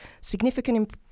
significant